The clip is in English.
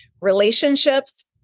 relationships